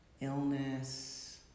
illness